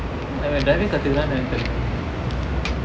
அவென்:aven driving கத்துக்குரானா தெரில:kathukuraana therila